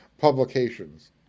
publications